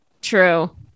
True